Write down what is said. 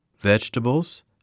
vegetables